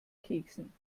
keksen